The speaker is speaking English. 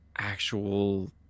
Actual